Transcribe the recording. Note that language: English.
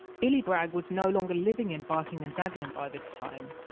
billy bragg was no longer living in barking and dagenham by this time,